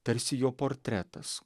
tarsi jo portretas